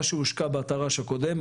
מה שהושקע בתר"ש הקודם,